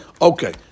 Okay